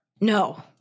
no